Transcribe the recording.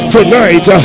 Tonight